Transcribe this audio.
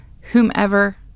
whomever